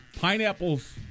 Pineapples